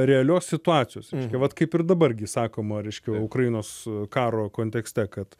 realios situacijos reiškia vat kaip ir dabar gi sakoma reiškia ukrainos karo kontekste kad